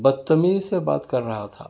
بدتمیزی سے بات کر رہا تھا